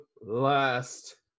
last